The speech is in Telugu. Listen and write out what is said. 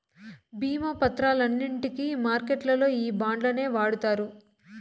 భీమా పత్రాలన్నింటికి మార్కెట్లల్లో ఈ బాండ్లనే వాడుతారు